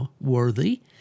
worthy